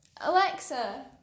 Alexa